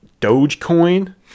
Dogecoin